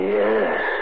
yes